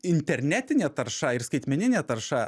internetinė tarša ir skaitmeninė tarša